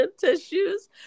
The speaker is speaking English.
tissues